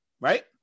Right